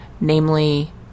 Namely